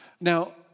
Now